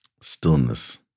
Stillness